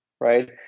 right